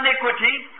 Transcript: iniquity